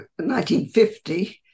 1950